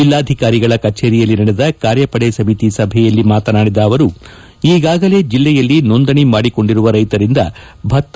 ಜಿಲ್ಲಾಧಿಕಾರಿಗಳ ಕಛೇರಿಯಲ್ಲಿ ನಡೆದ ಕಾರ್ಯಪಡೆ ಸಮಿತಿ ಸಭೆಯಲ್ಲಿ ಮಾತನಾಡಿದ ಅವರು ಈಗಾಗಲೇ ಜಿಲ್ಲೆಯಲ್ಲಿ ನೊಂದಣಿ ಮಾಡಿಕೊಂಡಿರುವ ರೈತರಿಂದ ಭತ್ತ